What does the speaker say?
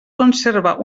conserva